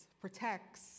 protects